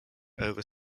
over